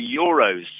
Euros